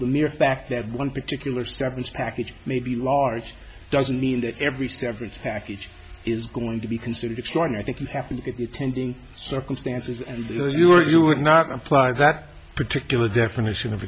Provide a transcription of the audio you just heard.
the mere fact that one particular severance package may be large doesn't mean that every severance package is going to be considered each morning i think you have to be tending circumstances and there you are you would not apply that particular definition of